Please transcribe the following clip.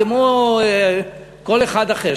כמו כל אחד אחר,